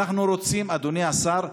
אדוני השר,